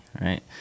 right